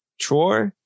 Troy